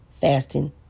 fasting